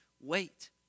wait